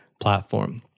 platform